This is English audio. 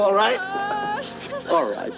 all right all right